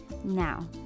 Now